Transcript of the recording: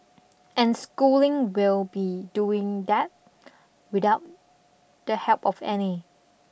and Schooling will be doing that without the help of any